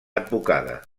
advocada